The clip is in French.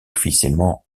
officiellement